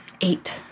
eight